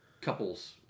couples